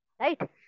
Right